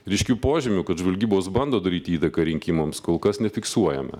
ryškių požymių kad žvalgybos bando daryt įtaką rinkimams kol kas nefiksuojame